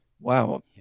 wow